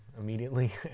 immediately